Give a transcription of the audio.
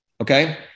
okay